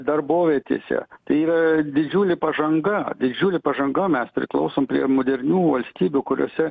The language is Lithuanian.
darbovietėse tai yra didžiulė pažanga didžiulė pažanga mes priklausom prie modernių valstybių kuriose